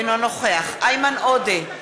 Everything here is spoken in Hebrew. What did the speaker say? אינו נוכח איימן עודה,